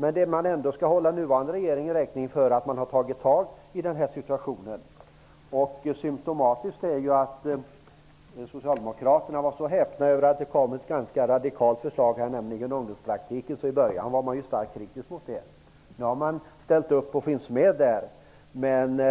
Men det man ändå skall hålla nuvarande regering räkning för är att den nu har tagit tag i situationen. Symtomatiskt är att Socialdemokraterna var så häpna över att det kom ett ganska radikalt förslag, nämligen ungdomspraktiken. I början var Socialdemokraterna starkt kritiska mot det. Nu har man ställt upp på det. Men